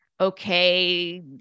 okay